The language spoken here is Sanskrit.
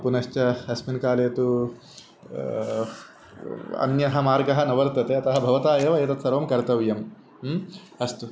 पुनश्च अस्मिन् काले तु अन्यः मार्गः न वर्तते अतः भवता एव एतत् सर्वं कर्तव्यम् अस्तु